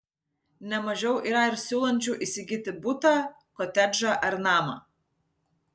ne mažiau yra ir siūlančių įsigyti butą kotedžą ar namą